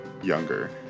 Younger